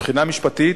מבחינה משפטית,